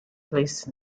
place